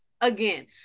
again